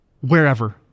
Wherever